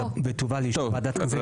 'ותובא לאישור ועדת הכנסת',